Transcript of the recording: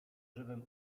żywym